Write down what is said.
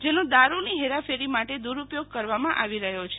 જેનો દારુની હેરાફેરી માટે દૂરુપયોગ કરવામાં આવી રહ્યો છે